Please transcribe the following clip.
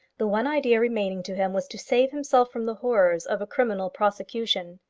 the one idea remaining to him was to save himself from the horrors of a criminal prosecution.